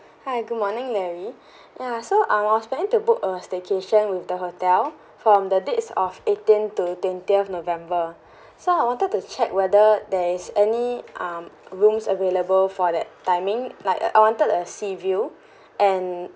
hi good morning larry ya so I was planning to book a staycation with the hotel from the dates of eighteen to twentieth november so I wanted to check whether there is any um rooms available for that timing like I wanted a sea view and